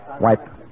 Wipe